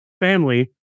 family